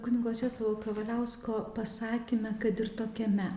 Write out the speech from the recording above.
kunigo česlovo kavaliausko pasakyme kad ir tokiame